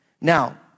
Now